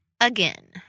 Again